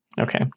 Okay